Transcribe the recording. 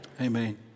Amen